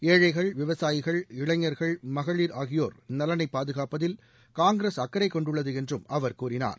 ஏழைகள் விவாசாயிகள் இளைஞர்கள் மகளிர் ஆகியோர் நலனைப் பாதுகாப்பதில் காங்கிரஸ் அக்கறை கொண்டுள்ளது என்றும் அவர் கூறினார்